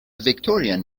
victorian